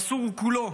מסור כולו